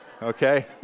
Okay